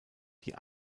die